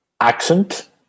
Accent